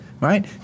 Right